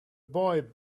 boy